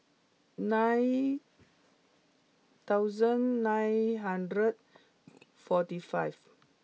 nine thousand nine hundred forty five